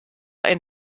ein